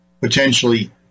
potentially